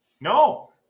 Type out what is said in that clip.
no